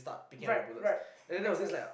right right make sense